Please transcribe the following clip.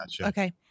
Okay